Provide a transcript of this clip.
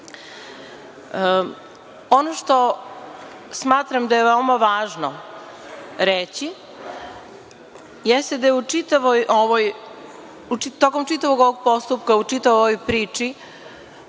Ono što smatram da je veoma važno reći jeste da je tokom čitavog ovog postupka, u čitavoj ovoj